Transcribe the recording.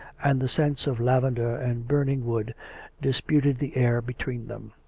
and the scents of lavender and burning wood disputed the air between them.